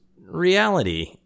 reality